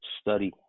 study